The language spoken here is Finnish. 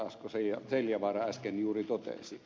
asko seljavaara äsken juuri totesi